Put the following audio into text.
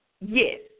Yes